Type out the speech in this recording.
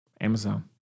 Amazon